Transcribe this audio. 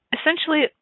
Essentially